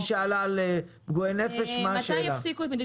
חברת הכנסת וולדיגר שאלה על פגועי נפש.